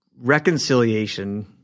Reconciliation